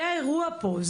זה האירוע פה,